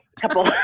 couple